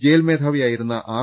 jail മേധാ വിയായിരുന്ന R